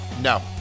No